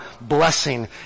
blessing